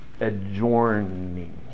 adjourning